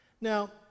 Now